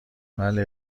بله